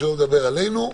שלא נדבר עלינו.